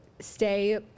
Stay